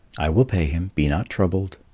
i will pay him be not troubled.